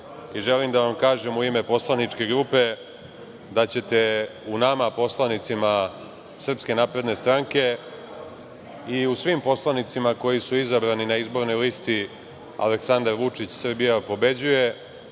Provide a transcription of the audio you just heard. Želim da vam kažem, u ime poslaničke grupe, da ćete u nama, poslanicima SNS, i u svim poslanicima koji su izabrani na izbornoj listi Aleksandar Vučić – Srbija pobeđuje,